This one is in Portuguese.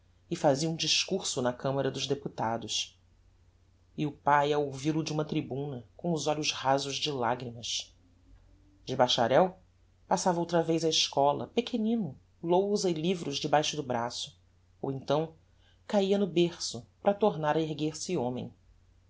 e fazia um discurso na camara dos deputados e o pae a ouvil-o de uma tribuna com os olhos rasos de lagrimas de bacharel passava outra vez á escola pequenino lousa e livros debaixo do braço ou então caía no berço para tornar a erguer-se homem